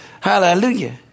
Hallelujah